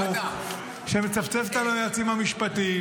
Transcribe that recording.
שמצפצפת על היועצים המשפטיים,